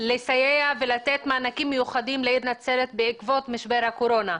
לסייע ולתת מענקים מיוחדים לעיר נצרת בעקבות משבר הקורונה.